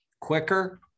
quicker